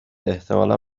احتمالا